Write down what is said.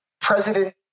President